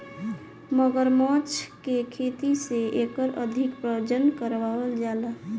मगरमच्छ के खेती से एकर अधिक प्रजनन करावल जाला